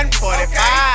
145